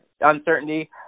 uncertainty